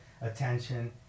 attention